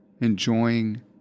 enjoying